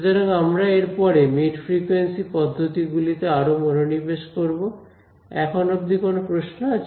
সুতরাং আমরা এরপরে মিড ফ্রিকুয়েন্সি পদ্ধতি গুলিতে আরো মনোনিবেশ করব এখন অব্দি কোন প্রশ্ন আছে